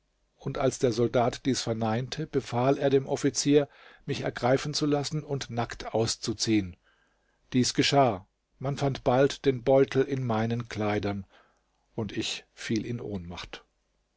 und als der soldat dies verneinte befahl er dem offizier mich ergreifen zu lassen und nackt auszuziehen dies geschah man fand bald den beutel in meinen kleidern und ich fiel in ohnmacht